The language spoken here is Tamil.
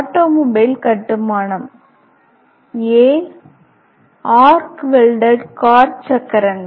ஆட்டோமொபைல் கட்டுமானம் ஆர்க் வெல்டட் கார் சக்கரங்கள்